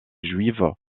juive